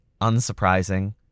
Unsurprising